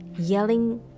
yelling